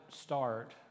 start